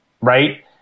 right